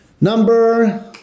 Number